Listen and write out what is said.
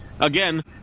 Again